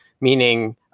meaning